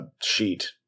sheet